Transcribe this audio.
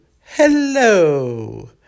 hello